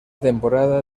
temporada